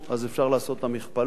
אז אפשר לעשות את המכפלות,